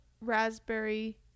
raspberry